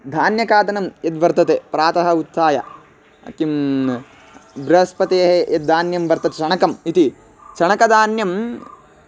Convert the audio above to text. धान्यखादनं यद्वर्तते प्रातः उत्थाय किं बृहस्पतेः यद् धान्यं वर्तते चणकम् इति चणकधान्यं